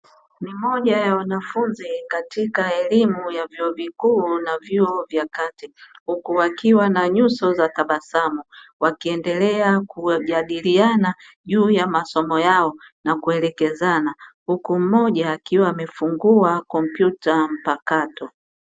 Ni moja ya wanafunzi katika elimu ya vyuo vikuu na vyuo vya kati, huku wakiwa na nyuso za tabasamu, wakiendelea kujadiliana juu ya masomo yao na kuelekezana; huku mmoja akiwa amefungua kompyuta mpakato.